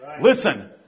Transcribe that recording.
Listen